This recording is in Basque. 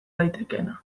daitekeena